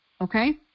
Okay